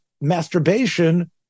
masturbation